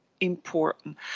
important